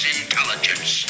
intelligence